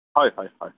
হয় হয় হয়